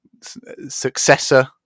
successor